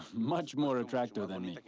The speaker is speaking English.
much more attractive than me.